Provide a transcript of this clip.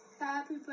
Happy